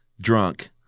drunk